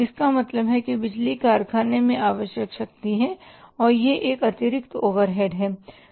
इसका मतलब है कि बिजली कारखाने में आवश्यक शक्ति है और यह एक अतिरिक्त ओवरहेड है